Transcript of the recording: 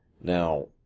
Now